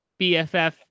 BFF